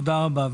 תודה רבה.